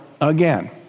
again